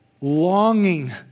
longing